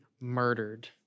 murdered